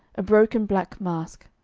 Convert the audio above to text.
a broken black mask,